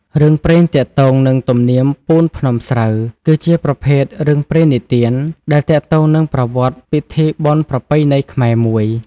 រឿងព្រេងទាក់ទងនឹងទំនៀមពូនភ្នំស្រូវ គឺជាប្រភេទ រឿងព្រេងនិទាន ដែលទាក់ទងនឹងប្រវត្តិពិធីបុណ្យប្រពៃណីខ្មែរមួយ។